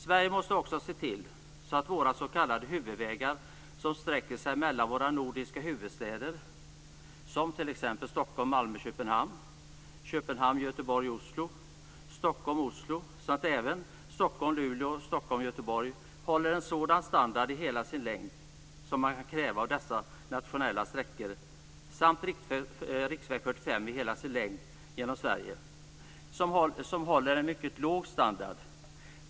Sverige måste också se till så att våra s.k. huvudvägar som sträcker sig mellan de nordiska huvudstäderna, t.ex. Stockholm-Malmö-Köpenhamn, Köpenhamn-Göteborg-Oslo, Stockholm-Oslo samt Stockholm-Luleå och Stockholm-Göteborg, håller en sådan standard i hela sin längd som man kan kräva av dessa nationella sträckor. Detta gäller även riksväg 45 i hela dess längd genom Sverige som håller en mycket låg standard.